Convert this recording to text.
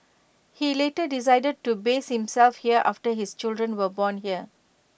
he later decided to base himself here after his children were born here